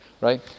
right